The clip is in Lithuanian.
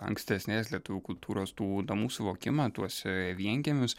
ankstesnės lietuvių kultūros tų namų suvokimą tuos vienkiemius